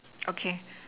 okay